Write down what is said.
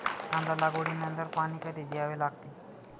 कांदा लागवडी नंतर पाणी कधी द्यावे लागते?